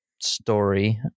story